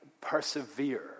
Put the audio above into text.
persevere